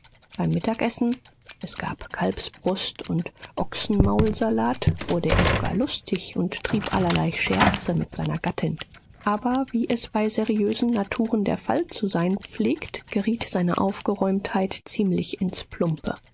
beim mittagessen es gab kalbsbrust und ochsenmaulsalat wurde er sogar lustig und trieb allerlei scherze mit seiner gattin aber wie es bei seriösen naturen der fall zu sein pflegt geriet seine aufgeräumtheit ziemlich ins plumpe